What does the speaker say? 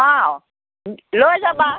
অঁ লৈ যাবা